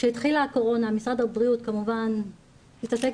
כשהתחילה הקורונה משרד הבריאות כמובן התעסק